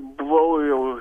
buvau jau